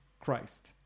christ